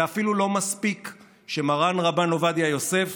זה אפילו לא מספיק שמרן הרב עובדיה יוסף,